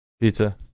Pizza